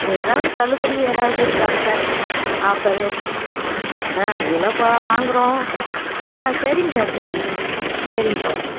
எதாவது தள்ளுபடி எதாவது இருக்காங் சார் ஆஃபரு ஆ இவ்வளோ பா வாங்கிறோம் ஆ சரிங் சார் சரிங் சார் சரிங் சார்